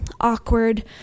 awkward